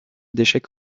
d’échecs